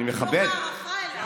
מתוך הערכה אליו.